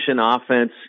offense